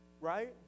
right